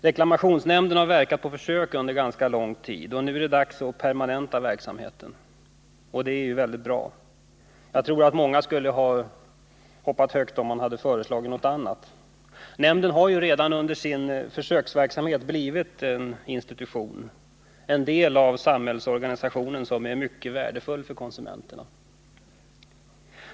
Reklamationsnämnden har verkat på försök under ganska lång tid, och nu är det dags att permanenta verksamheten. Och det är mycket bra. Jag tror att många skulle ha hoppat högt om man hade föreslagit något annat. Nämnden har redan under sin försöksverksamhet blivit en institution, en del av samhällsorganisationen som är mycket värdefull för konsumenterna.